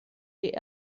die